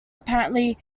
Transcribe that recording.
apparently